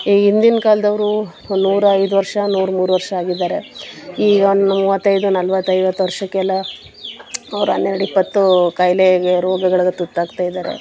ಈ ಹಿಂದಿನ ಕಾಲದವ್ರು ಒಂದು ನೂರಾ ಐದು ವರ್ಷ ನೂರಾ ಮೂರು ವರ್ಷ ಆಗಿದ್ದಾರೆ ಈಗ ಒಂದು ಮೂವತ್ತೈದು ನಲ್ವತ್ತು ಐವತ್ತು ವರ್ಷಕ್ಕೆಲ್ಲ ಅವ್ರು ಹನ್ನೆರಡು ಇಪ್ಪತ್ತು ಕಾಯಿಲೆಗೆ ರೋಗಗಳಿಗೆ ತುತ್ತಾಗ್ತಾ ಇದ್ದಾರೆ